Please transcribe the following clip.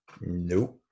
Nope